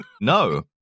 no